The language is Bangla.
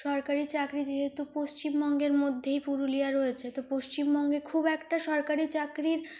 সরকারি চাকরি যেহেতু পশ্চিমবঙ্গের মধ্যেই পুরুলিয়া রয়েছে তো পশিমবঙ্গে খুব একটা সরকারি চাকরির